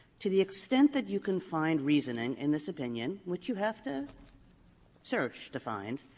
to the extent that you can find reasoning in this opinion, which you have to search to find,